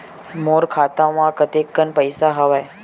मोर खाता म कतेकन पईसा हवय?